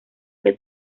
que